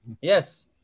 yes